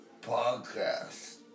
podcast